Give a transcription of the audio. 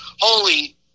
holy